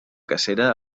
cacera